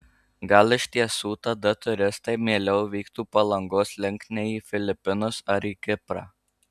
gal iš tiesų tada turistai mieliau vyktų palangos link nei į filipinus ar į kiprą